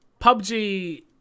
PUBG